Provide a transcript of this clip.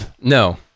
No